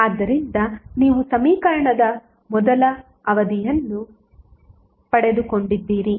ಆದ್ದರಿಂದ ನೀವು ಸಮೀಕರಣದ ಮೊದಲ ಅವಧಿಯನ್ನು ಪಡೆದುಕೊಂಡಿದ್ದೀರಿ